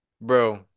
bro